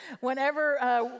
whenever